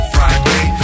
Friday